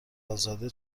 ازاده